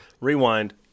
Rewind